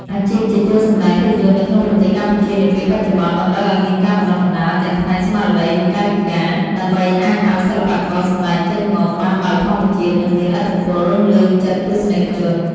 អាជីពជាតួសម្ដែងភាពយន្តនៅក្នុងប្រទេសកម្ពុជានាពេលបច្ចុប្បន្ន តម្រូវឱ្យមានការបណ្ដុះបណ្ដាលទាំងផ្នែកស្មារតី និងកាយវិការ ដើម្បីអាចឱ្យសិល្បករសម្ដែងចេញមកបានដោយធម្មជាតិ និងមានឥទ្ធិពលលើចិត្តទស្សនិកជន។